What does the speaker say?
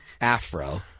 afro